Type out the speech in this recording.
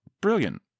brilliant